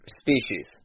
Species